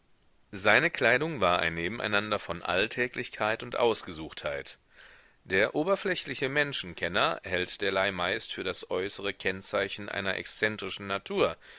seine kleidung war ein nebeneinander von alltäglichkeit und ausgesuchtheit der oberflächliche menschenkenner hält derlei meist für das äußere kennzeichen einer exzentrischen natur